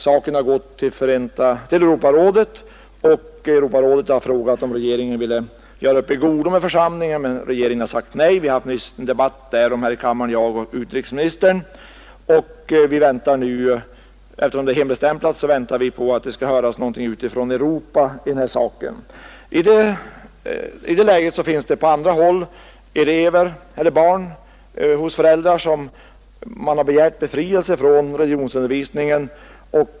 Saken har gått till Europarådet, som frågat om regeringen vill göra upp i godo med församlingen. Regeringen har emellertid sagt nej även till detta. Utrikesministern och jag hade nyligen en debatt här i kammaren i ämnet. Eftersom handlingarna är hemligstämplade väntar vi nu på att det skall höras någonting utifrån Europa i saken. I det läget har flera föräldrar begärt befrielse för sina barn från skolans religionsundervisning.